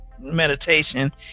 Meditation